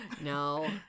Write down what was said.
No